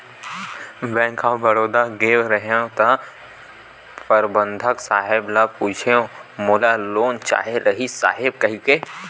bank of Baroda गेंव रहेव त परबंधक साहेब ल पूछेंव मोला लोन चाहे रिहिस साहेब कहिके